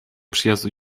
przyjazdu